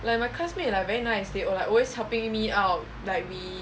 like my classmate like very nice they will like always helping me out like we